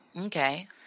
Okay